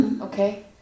Okay